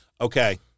Okay